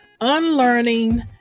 unlearning